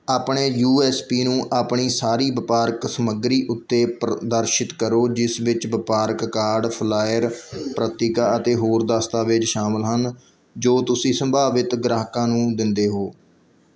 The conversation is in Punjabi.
ਆਪਣੇ ਯੂ ਐੱਸ ਪੀ ਨੂੰ ਆਪਣੀ ਸਾਰੀ ਵਪਾਰਕ ਸਮੱਗਰੀ ਉੱਤੇ ਪ੍ਰਦਰਸ਼ਿਤ ਕਰੋ ਜਿਸ ਵਿੱਚ ਵਪਾਰਕ ਕਾਰਡ ਫਲਾਇਰ ਪ੍ਰਤੀਕਾ ਅਤੇ ਹੋਰ ਦਸਤਾਵੇਜ਼ ਸ਼ਾਮਲ ਹਨ ਜੋ ਤੁਸੀਂ ਸੰਭਾਵਿਤ ਗ੍ਰਾਹਕਾਂ ਨੂੰ ਦਿੰਦੇ ਹੋ